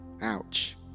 Ouch